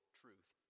truth